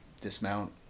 dismount